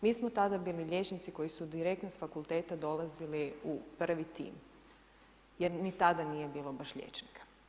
Mi smo tada bili liječnici koji su direktno s fakulteta dolazili u prvi tim jer ni tada nije bilo baš liječnika.